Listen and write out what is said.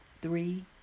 three